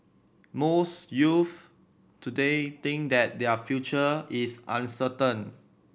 most youths today think that their future is uncertain